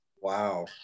Wow